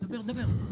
דבר, דבר.